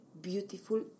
beautiful